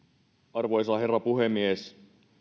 arvoisa herra puhemies